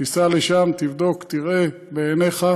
תיסע לשם, תבדוק, תראה בעיניך.